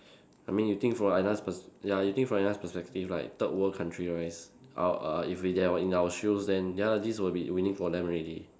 I mean you think from another pers~ ya you think from another perspective like third world country wise our uh if they are in our shoes then ya lah this will be winning for them already